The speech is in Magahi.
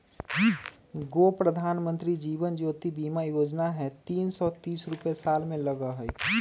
गो प्रधानमंत्री जीवन ज्योति बीमा योजना है तीन सौ तीस रुपए साल में लगहई?